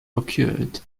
occurred